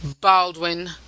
Baldwin